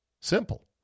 Simple